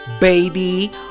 baby